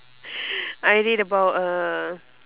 I read about uh